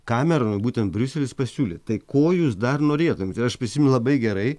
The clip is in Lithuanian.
kameronui būtent briuselis pasiūlė tai ko jūs dar norėtumėt ir aš prisimenu labai gerai